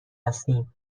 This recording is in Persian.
هستیم